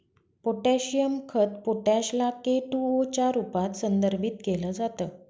potassium खत potash ला K two O च्या रूपात संदर्भित केल जात